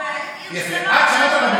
ועיר שלמה,